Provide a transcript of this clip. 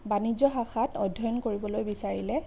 বাণিজ্য শাখাত অধ্যয়ন কৰিবলৈ বিচাৰিলে